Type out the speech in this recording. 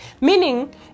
Meaning